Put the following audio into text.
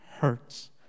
hurts